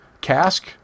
cask